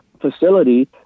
facility